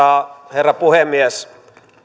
herra puhemies